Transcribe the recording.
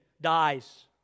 dies